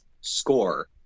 score